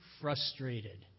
frustrated